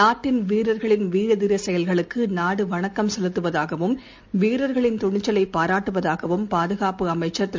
நாட்டின் வீரர்களின் வீர தீர செயல்களுக்கு நாடு வணக்கம் செலுத்துவதாகவும் வீரர்களின் துணிச்சவைப் பாராட்டுவதாகவும் பாதுகாப்பு அமைச்சர் திரு